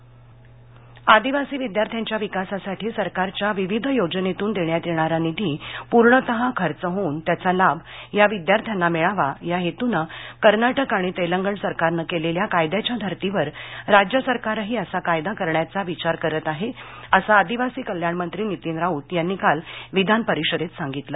विधिमंडळ राउत आदिवासी विध्यार्थ्यांच्या विकासासाठी सरकारच्या विविध योजनेतून देण्यात येणारा निधी पूर्णतःखर्च होऊन त्याचा लाभ या विद्यार्थ्यांना मिळावा या हेतूने कर्नाटक आणि तेलंगणा सरकारने केलेल्या कायद्याच्या धर्तीवर राज्यसरकार हि असा कायदा करण्याचा विचार करत आहे अस आदिवासी कल्याण मंत्री नितीन राउत यांनी काल विधान परिषदेत सांगितल